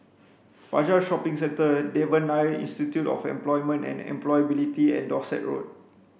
Fajar Shopping Centre Devan Nair Institute of Employment and Employability and Dorset Road